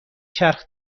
چرخ